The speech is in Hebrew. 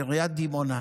לעיריית דימונה.